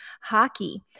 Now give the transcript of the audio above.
Hockey